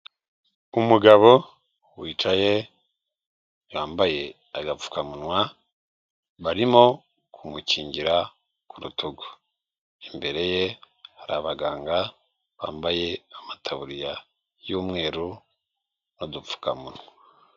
Umugabo wicaye yambaye agapfukamunwa barimo kumukingira ku rutugu. Imbere ye hari abaganga bambaye amatabuririya y'umweru n'dupfukamunwa.